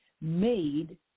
made